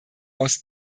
aus